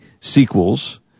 sequels